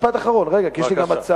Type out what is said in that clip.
משפט אחרון, רגע, כי יש לי גם הצעה.